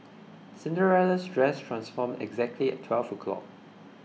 Cinderella's dress transformed exactly at twelve o'clock